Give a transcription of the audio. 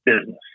business